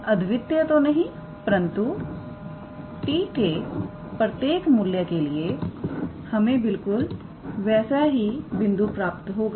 तो अद्वितीय तो नहीं परंतु t के प्रत्येक मूल्य के लिए यह मौजूद रहेगा तो इस तरह से वहां वर्क पर एक बिंदु P मिलेगा क्योंकि 𝑡 2𝜋 के लिए असल में हमें बिल्कुल वैसा ही बिंदु प्राप्त होगा